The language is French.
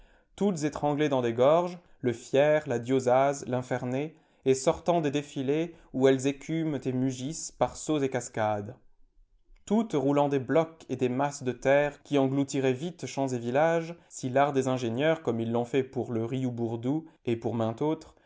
toutes étranglées dans des gorges le fier la diosaz l'infernet et sortant des défilés où elles écument et mugissent par sauts et cascades toutes roulant des blocs et des masses de terre qui engloutiraient vite champs et villages si l'art des ingénieurs comme ils l'ont fait pour le riou bourdoux et pour maint autre